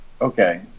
Okay